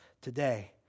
today